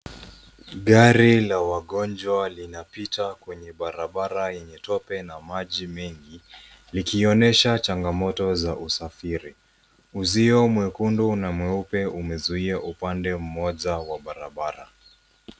Gari la wagonjwa linapita kwenye barabara yenye tope na maji mengi likionyesha changamoto za usafiri. Uzio mwekundu na mweupe umezuia upande moja wa barabara.